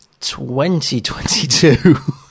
2022